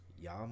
y'all